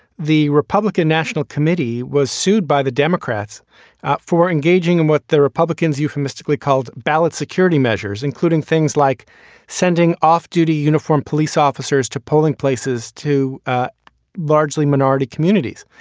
the republican national committee was sued by the democrats for engaging in what the republicans euphemistically called ballot security measures, including things like sending off duty uniform police officers to polling places to largely minority communities.